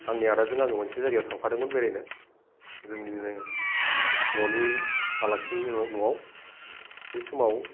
आंनि आदाजों आं मोनसे जायगायाव थांफादोंमोन बेरायनो जोंनिनो न'नि आलासिनि न'आव बे समाव